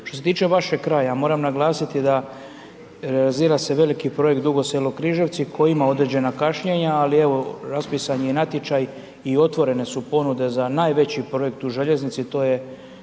Što se tiče vašeg kraja, ja moram naglasiti da realizira se veliki projekt Dugo Selo – Križevci, koji ima određena kašnjenja ali evo raspisan je i natječaj i otvorene su ponude za najveći projekt u željeznici, to je